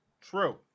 True